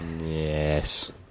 Yes